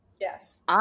Yes